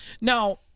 Now